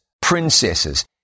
princesses